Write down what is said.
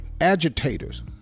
agitators